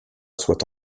soit